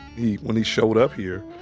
he when he showed up here,